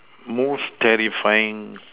most terrifying